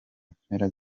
mpera